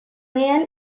man